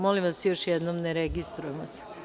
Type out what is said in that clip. Molim vas, još jednom ne registrujemo se.